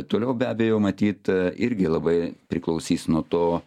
toliau be abejo matyt irgi labai priklausys nuo to